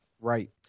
right